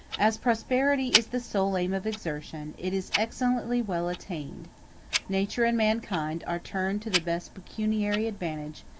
as prosperity is the sole aim of exertion, it is excellently well attained nature and mankind are turned to the best pecuniary advantage,